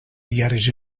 diaris